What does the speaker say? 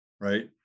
right